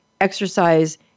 exercise